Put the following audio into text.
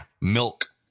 Milk